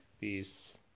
peace